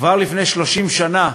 כבר לפני 30 שנה